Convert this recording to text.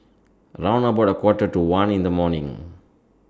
round about A Quarter to one in The morning